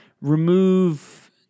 remove